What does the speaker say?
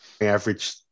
average